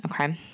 Okay